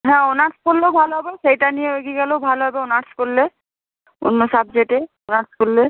হ্যাঁ অনার্স পড়লেও ভালো হবে সেইটা নিয়ে এগিয়ে গেলেও ভালো হবে অনার্স করলে অন্য সাবজেক্টে অনার্স করলে